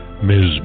Ms